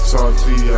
Salty